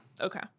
Okay